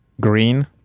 Green